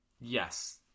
Yes